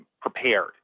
prepared